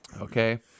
Okay